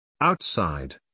Outside